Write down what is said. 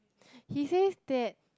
he says that